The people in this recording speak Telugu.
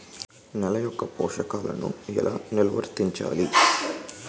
నెల యెక్క పోషకాలను ఎలా నిల్వర్తించాలి